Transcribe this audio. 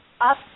up